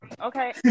okay